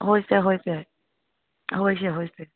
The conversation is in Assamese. হৈছে হৈছে হৈছে হৈছে